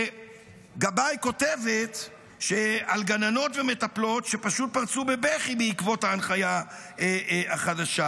וגבאי כותבת על גננות ומטפלות שפשוט פרצו בבכי בעקבות ההנחיה החדשה.